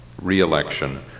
re-election